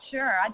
Sure